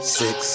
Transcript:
six